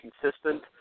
consistent